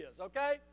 okay